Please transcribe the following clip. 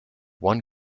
one